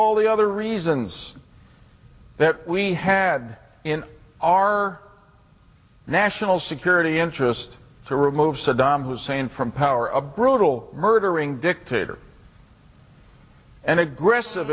all the other reasons that we had in our national security interest to remove saddam hussein from power a brutal murdering dictator and aggressive